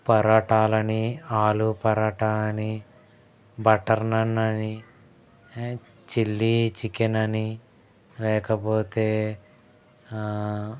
పరోటాలని ఆలు పరోటా అని బట్టర్ నాన్ అని chilli chicken అని లేకపోతే